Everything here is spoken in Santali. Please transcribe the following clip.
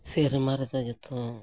ᱥᱮᱨᱢᱟ ᱨᱮᱫᱚ ᱡᱚᱛᱚ